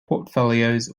portfolios